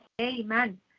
Amen